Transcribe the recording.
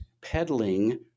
peddling